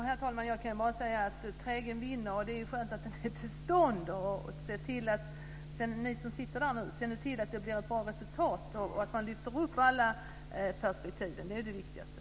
Herr talman! Jag kan bara säga att trägen vinner, och det är ju skönt att den är till stånd. Se nu till, ni som sitter där, att det blir ett bra resultat och att man lyfter upp alla perspektiv! Det är det viktigaste.